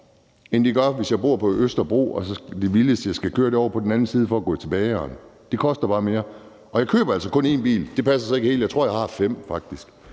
end det gør, hvis jeg bor på Østerbro og det vildeste, jeg skal køre, er over på den anden side for at gå til bageren. Det koster bare mere, og jeg køber altså kun én bil. Det passer så ikke helt, for jeg tror faktisk,